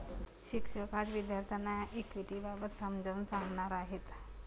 शिक्षक आज विद्यार्थ्यांना इक्विटिबाबत समजावून सांगणार आहेत